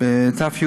בת"י